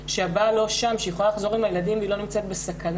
שהבעל לא שם ושהיא יכולה לחזור עם הילדים והיא לא נמצאת בסכנה.